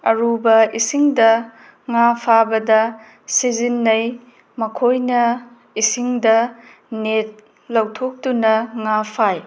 ꯑꯔꯨꯕ ꯏꯁꯤꯡꯗ ꯉꯥ ꯐꯥꯕꯗ ꯁꯤꯖꯤꯟꯅꯩ ꯃꯈꯣꯏꯅ ꯏꯁꯤꯡꯗ ꯅꯦꯠ ꯂꯧꯊꯣꯛꯇꯨꯅ ꯉꯥ ꯐꯥꯏ